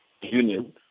union